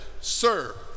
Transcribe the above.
Sir